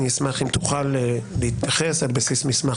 אני אשמח אם תוכל להתייחס על בסיס מסמך